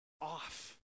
off